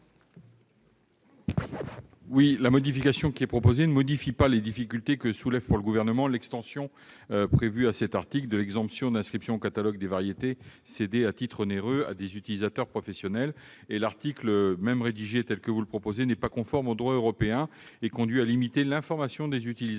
? La modification ne change pas les difficultés que soulève pour le Gouvernement l'extension prévue à cet article de l'exemption d'inscription au catalogue des variétés cédées à titre onéreux à des utilisateurs professionnels. L'article, même ainsi rédigé, n'est pas conforme au droit européen et conduit à limiter l'information des utilisateurs